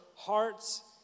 hearts